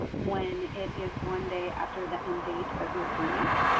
when it is one day after the end date of your grant.